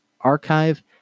archive